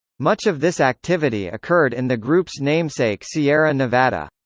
much of this activity occurred in the group's namesake sierra nevada.